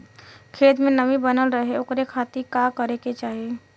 खेत में नमी बनल रहे ओकरे खाती का करे के चाही?